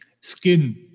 skin